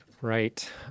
right